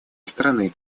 страны